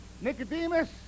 nicodemus